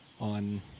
on